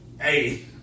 Hey